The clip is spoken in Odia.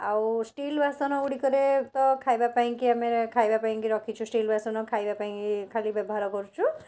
ଆଉ ଷ୍ଟିଲ୍ ବାସନ ଗୁଡ଼ିକରେ ତ ଖାଇବା ପାଇଁକି ଆମେ ଖାଇବା ପାଇଁକି ରଖିଛୁ ଷ୍ଟିଲ୍ ବାସନ ଖାଇବା ପାଇଁ ଖାଲି ବ୍ୟବହାର କରୁଛୁ